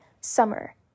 summer